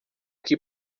que